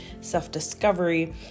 self-discovery